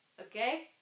okay